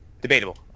Debatable